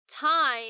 time